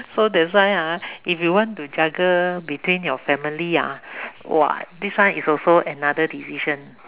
so that's why ah if you want to juggle between your family ya !wah! this one is also another decision